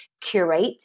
curate